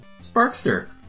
Sparkster